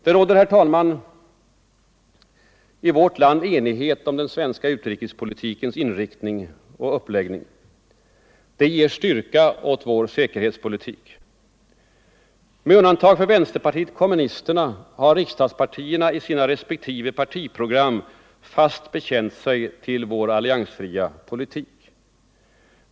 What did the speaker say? Det råder, herr talman, i vårt land enighet om den svenska utrikespolitikens inriktning och uppläggning. Detta ger styrka åt vår säkerhetspolitik. Med undantag för vänsterpartiet kommunisterna har riksdagspartierna i sina respektive partiprogram fast bekänt sig till vår alliansfria politik.